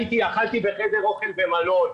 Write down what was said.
אכלתי בחדר אוכל במלון,